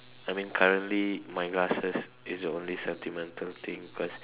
I mean currently my glasses is the only sentimental thing cause